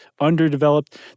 underdeveloped